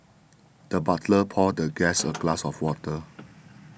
the butler poured the guest a glass of water